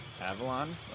Avalon